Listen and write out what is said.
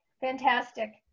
Fantastic